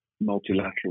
multilateral